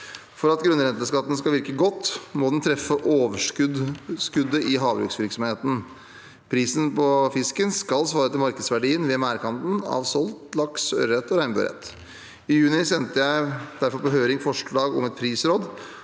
For at grunnrenteskatten skal virke godt, må den treffe overskuddet i havbruksvirksomheten. Prisen på fisken skal svare til markedsverdien ved merdkanten av solgt laks, ørret og regnbueørret. I juni sendte jeg derfor på høring forslag om et prisråd